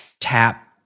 tap